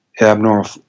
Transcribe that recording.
abnormal